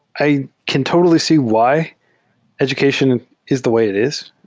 i can totally see why education is the way it is.